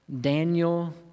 Daniel